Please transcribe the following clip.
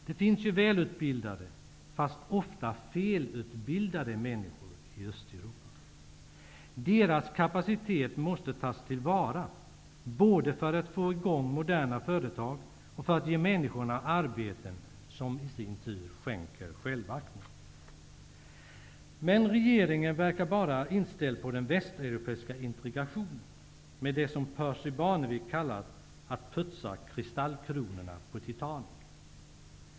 Det finns ju välutbildade -- fast ofta felutbildade -- människor. Deras kapacitet måste tas till vara både för att få i gång moderna företag och för att ge människorna arbeten, vilka i sin tur skänker självaktning. Men regeringen verkar bara inställd på den västeuropeiska integrationen och sysselsatt med det som Percy Barnevik kallat ''att putsa kristallkronorna på Titanic''.